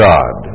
God